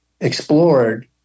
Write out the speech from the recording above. explored